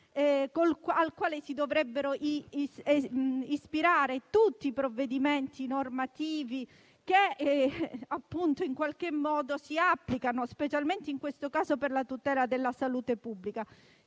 al quale si dovrebbero ispirare tutti i provvedimenti normativi che si applicano, specialmente in questo caso, per la tutela della salute pubblica.